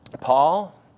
Paul